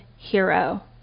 hero